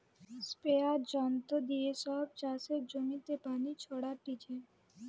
স্প্রেযাঁর যন্ত্র দিয়ে সব চাষের জমিতে পানি ছোরাটিছে